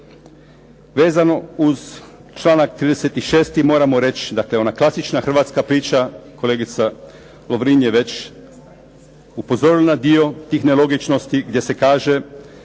vezano uz članak 36., moramo reći dakle ona klasična hrvatska priča, kolegica Lovrin je već upozorila na dio tih nelogičnosti gdje se kaže